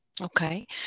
Okay